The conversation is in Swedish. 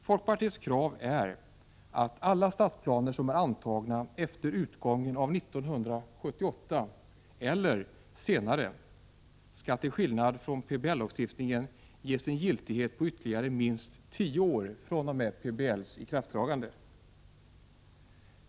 Folkpartiets krav är att alla stadsplaner som är antagna efter utgången av år 1978 eller senare skall, till skillnad från enligt PBL-lagstiftningen, ges en giltighet på ytterligare minst tio år fr.o.m. PBL:s ikraftträdande.